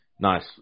Nice